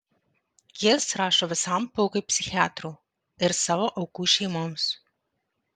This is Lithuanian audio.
jis rašo visam pulkui psichiatrų ir savo aukų šeimoms